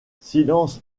silence